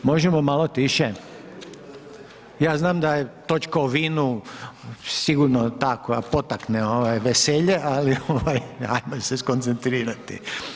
Možemo malo tiše, ja znam da je točka o vinu sigurno takva, potakne veselje, ali ajmo se skoncentrirati.